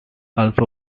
also